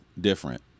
different